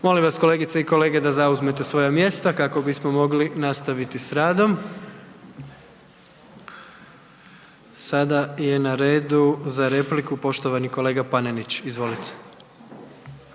Molim vas kolegice i kolege da zauzmete svoja mjesta kako bismo mogli nastaviti s radom. Sada je na redu za repliku poštovani kolega Panenić. Izvolite.